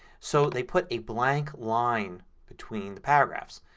so they put a blank line between the paragraphs.